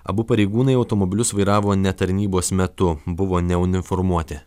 abu pareigūnai automobilius vairavo ne tarnybos metu buvo neuniformuoti